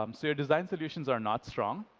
um so your design solutions are not strong,